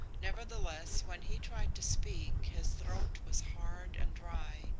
nevertheless, when he tried to speak his throat was hard and dry,